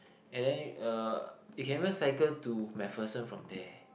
and then uh you can even cycle to MacPherson from there